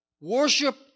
Worship